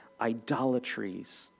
idolatries